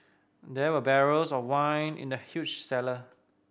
there were barrels of wine in the huge cellar